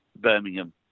Birmingham